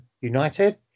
United